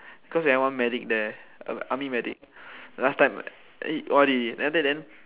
cause we had one medic there army medic last time what O_R_D already then after that then